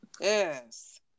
Yes